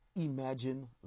Imagine